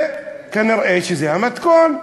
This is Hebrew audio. וכנראה שזה המתכון,